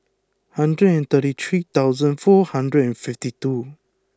hundred and thirty three thousand four hundred and fifty two